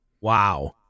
wow